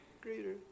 greater